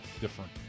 different